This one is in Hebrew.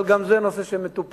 אבל גם זה נושא שמטופל.